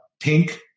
Pink